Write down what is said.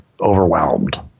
overwhelmed